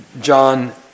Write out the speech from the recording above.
John